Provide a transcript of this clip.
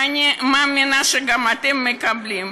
ואני מאמינה שגם אתם מקבלים,